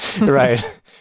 right